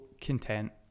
content